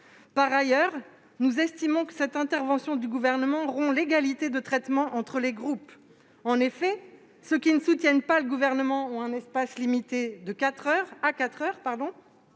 Par ailleurs, nous estimons que cette intervention du Gouvernement rompt l'égalité de traitement entre les groupes. En effet, ceux qui ne soutiennent pas le Gouvernement ont un espace limité à quatre